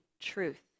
truth